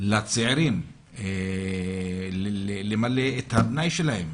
לצעירים למלא את הפנאי שלהם.